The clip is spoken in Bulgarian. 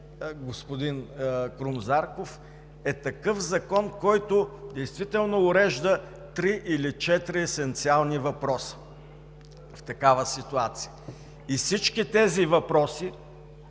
господин Крум Зарков, е такъв закон, който действително урежда три или четири есенциални въпроса в такава ситуация. Всички тези въпроси